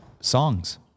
Songs